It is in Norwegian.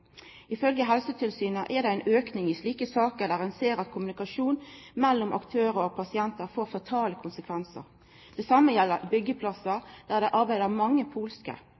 er det ein auke i slike saker, der ein ser at kommunikasjon mellom aktørar og pasientar får fatale konsekvensar. Det same gjeld på byggjeplassar der det er mange polske